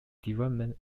development